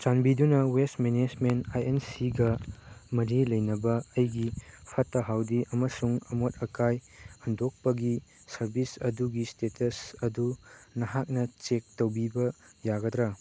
ꯆꯥꯟꯕꯤꯗꯨꯅ waste management ꯑꯥꯏ ꯑꯦꯟ ꯁꯤꯒ ꯃꯔꯤ ꯂꯩꯅꯕ ꯑꯩꯒꯤ ꯐꯠꯇ ꯍꯥꯎꯗꯤ ꯑꯃꯁꯨꯡ ꯑꯃꯣꯠ ꯑꯀꯥꯏ ꯍꯨꯟꯗꯣꯛꯄꯒꯤ ꯁꯥꯔꯕꯤꯁ ꯑꯗꯨꯒꯤ ꯏꯁꯇꯦꯇꯁ ꯑꯗꯨ ꯅꯍꯥꯛꯅ ꯆꯦꯛ ꯇꯧꯕꯤꯕ ꯌꯥꯒꯗ꯭ꯔꯥ